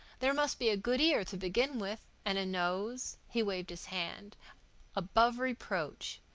there must be a good ear, to begin with, and a nose he waved his hand above reproach.